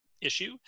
issue